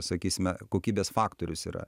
sakysime kokybės faktorius yra